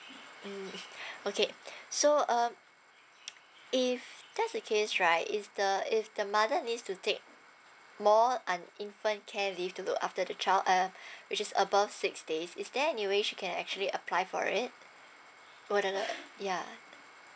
okay so um if that's the case right if the if the mother needs to take more all I'm infant care dish to look after the child uh which is above six days is there anyway she can actually apply for it uh what um yeuh so